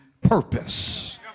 purpose